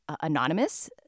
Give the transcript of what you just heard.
anonymous